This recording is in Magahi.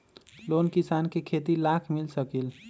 लोन किसान के खेती लाख मिल सकील?